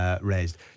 Raised